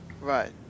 Right